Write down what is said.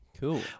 Cool